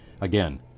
again